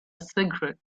cigarette